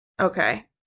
okay